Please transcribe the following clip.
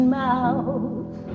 mouth